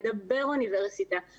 שומע על אוניברסיטה,